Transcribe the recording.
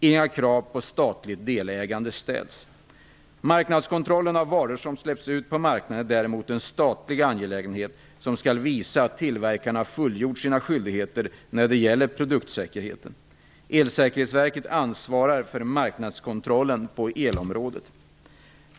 Inga krav på statligt delägande ställs. Marknadskontrollen av varor som släppts ut på marknaden är däremot en statlig angelägenhet som skall visa att tillverkarna fullgjort sina skyldigheter när det gäller produktsäkerheten. Elsäkerhetsverket ansvarar för marknadskontrollen på elområdet.